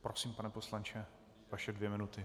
Prosím, pane poslanče, vaše dvě minuty.